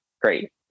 great